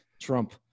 Trump